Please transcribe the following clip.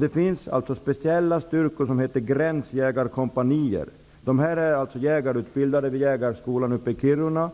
Det finns speciella styrkor, s.k. gränsjägarkompanier. I dessa finns det personer som är jägarutbildade vid jägarskolan i Kiruna.